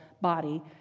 body